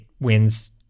wins